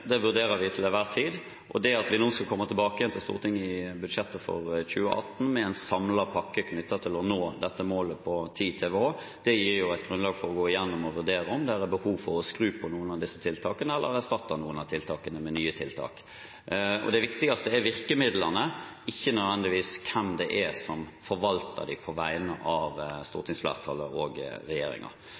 det vurderer vi til enhver tid. Det at vi skal komme tilbake til Stortinget i budsjettet for 2018, med en samlet pakke knyttet til å nå målet om 10 TWh, gir et grunnlag for å gå igjennom og vurdere om det er behov for å skru på noen av disse tiltakene, eller erstatte noen av dem med nye tiltak. Det viktigste er virkemidlene, ikke nødvendigvis hvem det er som forvalter dem på vegne av stortingsflertallet og